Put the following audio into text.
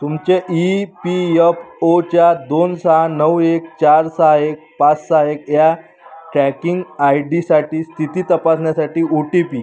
तुमचे E P F ओच्या दोन सहा नऊ एक चार सहा एक पाच सहा एक या ट्रॅकिंग आय डीसाठी स्थिती तपासण्यासाठी ओ टी पी